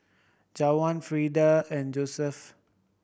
Juwan Frieda and Joesph